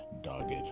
dogged